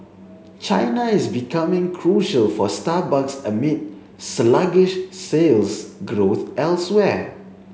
China is becoming crucial for Starbucks amid sluggish sales growth elsewhere